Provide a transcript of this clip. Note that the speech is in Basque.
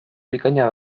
bikaina